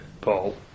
Paul